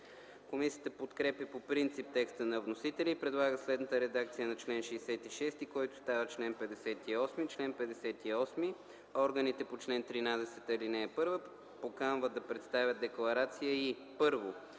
Комисията подкрепя по принцип текста на вносителя и предлага следната редакция на чл. 66, който става чл. 58: „Чл. 58. Органите по чл. 13, ал. 1 поканват да представят декларация и: 1.